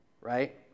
right